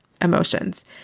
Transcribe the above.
emotions